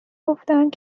گفتند